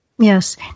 Yes